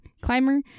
climber